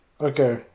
Okay